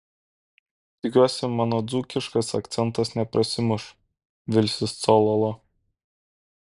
tikiuosi mano dzūkiškas akcentas neprasimuš vilsis cololo